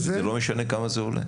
זה לא משנה כמה זה עולה.